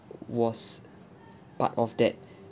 was part of that